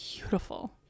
beautiful